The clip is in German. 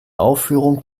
aufführung